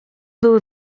były